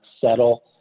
settle